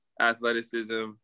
athleticism